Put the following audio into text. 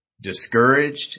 discouraged